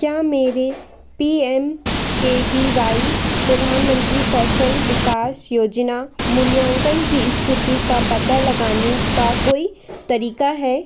क्या मेरे P M K V Y प्रधानमंत्री कौशल विकास योजना मूल्यांकन की स्थिति का पता लगाने का कोई तरीका है